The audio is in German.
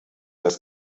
das